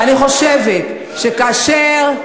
אני חושבת שכאשר,